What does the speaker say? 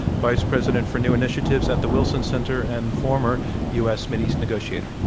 vice president for new initiatives at the wilson center and former u. s. middle east negotiator.